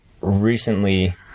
recently